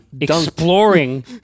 exploring